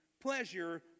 pleasure